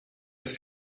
ist